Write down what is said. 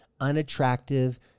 unattractive